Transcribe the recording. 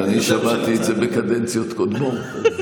אני שמעתי את זה בקדנציות קודמות.